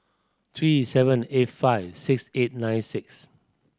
three seven eight five six eight nine six